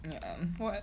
um what